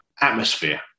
atmosphere